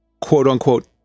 quote-unquote